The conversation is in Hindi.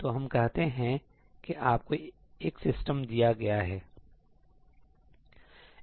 तो हम कहते हैं कि आपको एक सिस्टम दिया गया है